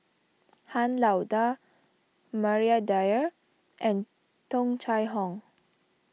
Han Lao Da Maria Dyer and Tung Chye Hong